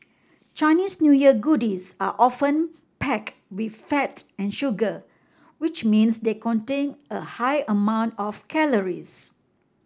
Chinese New Year goodies are often pack with fat and sugar which means they contain a high amount of calories